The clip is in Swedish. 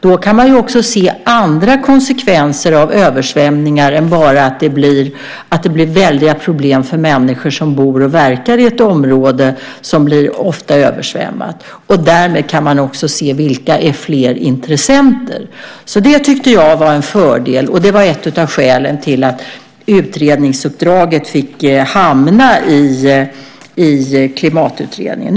Då kan man också se andra konsekvenser av översvämningar än bara att det blir väldiga problem för människor som bor och verkar i ett område som ofta blir översvämmat. Därmed kan man också se vilka mer som är intressenter. Det tyckte jag var en fördel. Det var ett av skälen till att utredningsuppdraget fick hamna i Klimatutredningen.